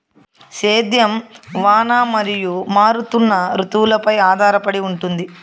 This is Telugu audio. సేద్యం వాన మరియు మారుతున్న రుతువులపై ఆధారపడి ఉంటుంది